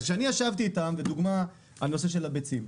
אני ישבתי איתם, לדוגמה, על הנושא של הביצים.